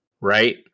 right